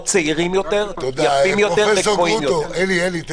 צעירים יותר או יפים יותר או גבוהים יותר.